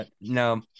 No